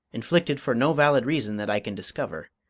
inflicted for no valid reason that i can discover,